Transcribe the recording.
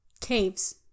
caves